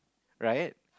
right